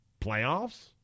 Playoffs